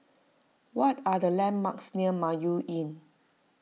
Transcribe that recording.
what are the landmarks near Mayo Inn